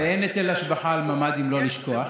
ואין היטל השבחה על ממ"דים, לא לשכוח.